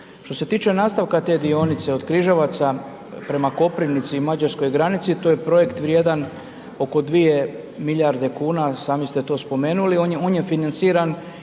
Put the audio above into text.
Što se tiče nastavka te dionice od Križevaca prema Koprivnici i mađarskoj granici, to je projekt vrijedan oko 2 milijarde kuna, sami ste to spomenuli, on je financiran